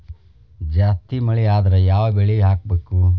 ಜಾಸ್ತಿ ಮಳಿ ಆದ್ರ ಯಾವ ಬೆಳಿ ಹಾಕಬೇಕು?